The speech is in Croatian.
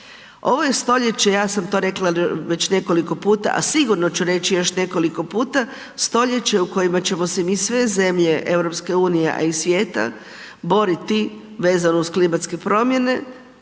Ovo je stoljeće, ja sam to rekla već nekoliko puta, a sigurno ću reći još nekoliko puta, stoljeće u kojima ćemo se mi sve zemlje EU a i svijeta boriti vezano uz klimatske promjene,